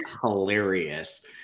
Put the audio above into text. hilarious